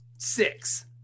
Six